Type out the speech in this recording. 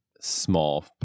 small